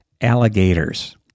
Alligators